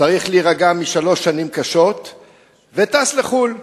צריך להירגע משלוש שנים קשות וטס לחוץ-לארץ.